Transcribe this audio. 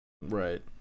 Right